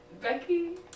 Becky